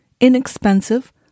inexpensive